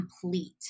complete